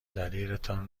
دلیلتان